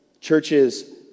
churches